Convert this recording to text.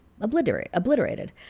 obliterated